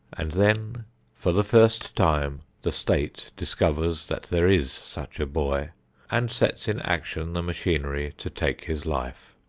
and then for the first time the state discovers that there is such a boy and sets in action the machinery to take his life.